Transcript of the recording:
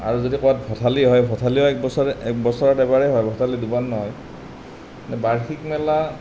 আৰু যদি ক'ৰবাত ভঠেলী হয় ভঠেলীওঁ একবছৰত বছৰত এবাৰেই হয় ভঠেলী দুবাৰ নহয় বাৰ্ষিক মেলা